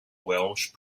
welsh